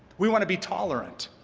we want to be tolerant.